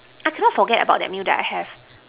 I cannot forget about the meal that I have